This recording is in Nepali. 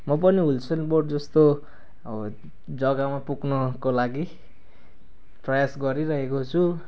म पनि युसेन बोल्ट जस्तो अब जग्गामा पुग्नुको लागि प्रयास गरिरहेको छु